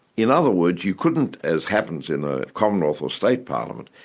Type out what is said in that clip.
in other words, you couldn't, as happens in a commonwealth or state parliament,